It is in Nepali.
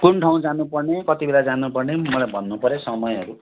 कुन ठाउँ जानुपर्ने कति बेला जानुपर्ने मलाई भन्नुपऱ्यो समयहरू